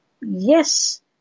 Yes